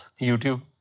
YouTube